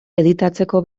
editatzeko